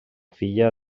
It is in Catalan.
filla